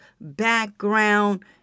background